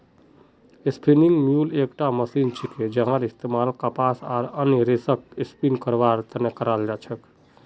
spinning mule एकटा machine छिके जहार इस्तमाल कपास आर अन्य रेशक स्पिन करवार त न कराल जा छेक